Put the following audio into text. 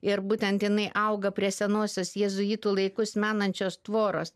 ir būtent jinai auga prie senosios jėzuitų laikus menančios tvoros